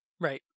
Right